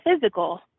physical